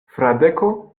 fradeko